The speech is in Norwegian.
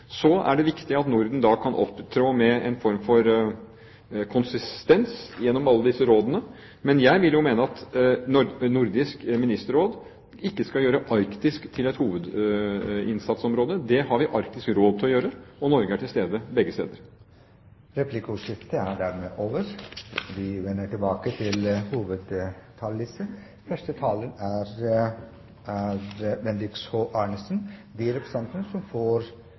Så er det viktig at Norden kan opptre med en form for konsistens i alle disse rådene. Men jeg vil jo mene at Nordisk ministerråd ikke skal gjøre Arktis til et hovedinnsatsområde; det skal Arktisk Råd gjøre, og Norge er til stede i begge. Replikkordskiftet er dermed over.